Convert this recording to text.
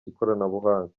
ikoranabuhanga